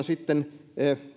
sitten